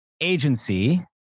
Agency